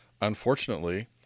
Unfortunately